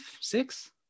six